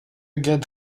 get